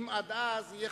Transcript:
אדוני היושב-ראש,